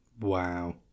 Wow